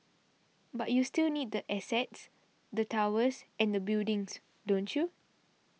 but you still need the assets the towers and the buildings don't you